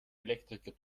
elektriker